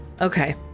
Okay